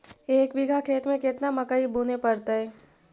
एक बिघा खेत में केतना मकई बुने पड़तै?